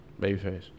Babyface